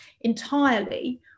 entirely